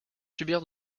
subir